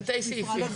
תתי סעיפים.